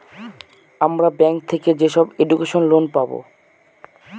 আমরা ব্যাঙ্ক থেকে যেসব এডুকেশন লোন পাবো